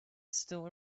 still